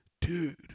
Dude